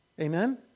Amen